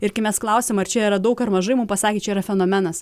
ir kai mes klausėm ar čia yra daug ar mažai mum pasakė čia yra fenomenas